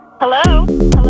Hello